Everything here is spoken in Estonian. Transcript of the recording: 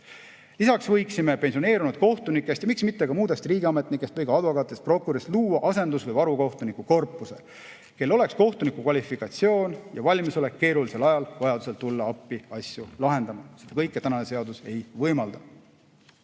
Lisaks võiksime pensioneerunud kohtunikest ja miks mitte ka muudest riigiametnikest või ka advokaatidest ja prokuröridest luua asendus‑ või varukohtunike korpuse, kellel oleks kohtuniku kvalifikatsioon ja valmisolek keerulisel ajal vajadusel tulla appi asju lahendama. Seda kõike praegu seadus ei võimalda.